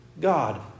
God